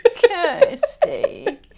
Kirsty